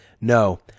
No